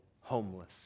homeless